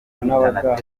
abakora